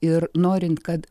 ir norint kad